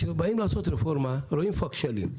כשבאים לעשות רפורמה רואים איפה הכשלים.